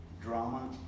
drama